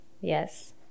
Yes